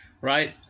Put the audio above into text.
Right